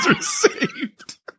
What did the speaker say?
saved